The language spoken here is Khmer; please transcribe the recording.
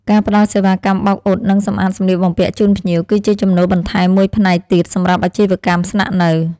ការផ្តល់សេវាកម្មបោកអ៊ុត និងសម្អាតសម្លៀកបំពាក់ជូនភ្ញៀវ គឺជាចំណូលបន្ថែមមួយផ្នែកទៀតសម្រាប់អាជីវកម្មស្នាក់នៅ។